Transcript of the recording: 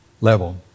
level